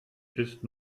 ist